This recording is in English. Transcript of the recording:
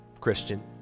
Christian